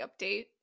update